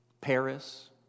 Paris